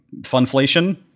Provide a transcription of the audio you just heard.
funflation